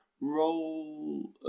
roll